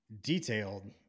detailed